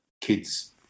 kids